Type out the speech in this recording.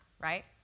right